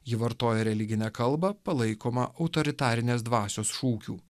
ji vartoja religinę kalbą palaikomą autoritarinės dvasios šūkių